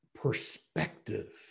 perspective